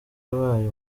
yabaye